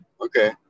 okay